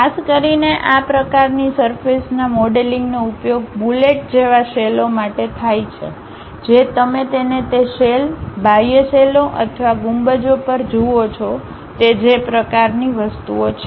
ખાસ કરીને આ પ્રકારની સરફેસના મોડેલિંગનો ઉપયોગ બુલેટ જેવા શેલો માટે થાય છે જે તમે તેને તે શેલ બાહ્ય શેલો અથવા ગુંબજો પર જુઓ છો જે તે પ્રકારની વસ્તુઓ છે